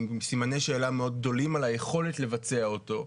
עם סימני שאלה מאוד גדולים על היכולת לבצע אותו.